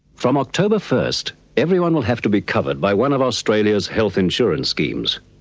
from october first, everyone will have to be covered by one of australia's health insurance schemes.